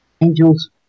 angels